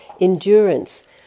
endurance